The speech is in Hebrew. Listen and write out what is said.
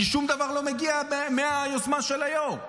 כי שום דבר לא מגיע מהיוזמה של היו"ר.